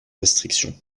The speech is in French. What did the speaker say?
restriction